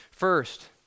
First